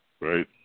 right